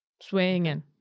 swinging